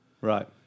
Right